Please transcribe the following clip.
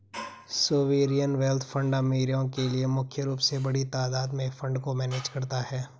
sovereign wealth fund अमीरो के लिए मुख्य रूप से बड़ी तादात में फंड को मैनेज करता है